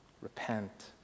repent